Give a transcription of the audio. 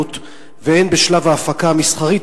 הפיילוט והן בשלב ההפקה המסחרית,